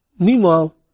Meanwhile